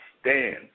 stand